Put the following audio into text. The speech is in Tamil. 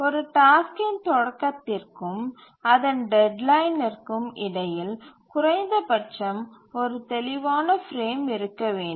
ஒரு டாஸ்க்கின் தொடக்கத்திற்கும் அதன் டெட்லைனிற்கும் இடையில் குறைந்தபட்சம் ஒரு தெளிவான பிரேம் இருக்க வேண்டும்